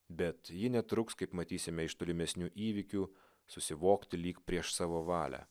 bet ji netruks kaip matysime iš tolimesnių įvykių susivokti lyg prieš savo valią